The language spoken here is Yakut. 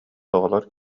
оҕолор